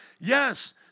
Yes